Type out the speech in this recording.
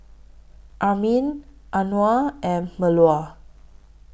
Amrin Anuar and Melur